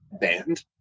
band